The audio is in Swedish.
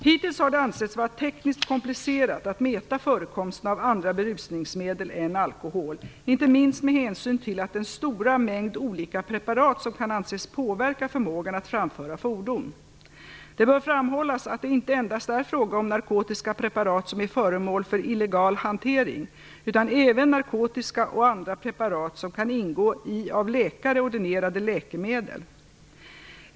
Hittills har det ansetts vara tekniskt komplicerat att mäta förekomsten av andra berusningsmedel än alkohol, inte minst med hänsyn till den stora mängd olika preparat som kan anses påverka förmågan att framföra fordon. Det bör framhållas att det inte endast är fråga om narkotiska preparat som är föremål för illegal hantering, utan även narkotiska och andra preparat som kan ingå i av läkare ordinerade läkemedel.